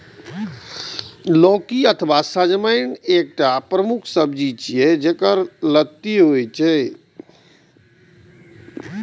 लौकी अथवा सजमनि एकटा प्रमुख सब्जी छियै, जेकर लत्ती होइ छै